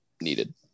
needed